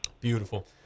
Beautiful